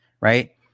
right